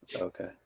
Okay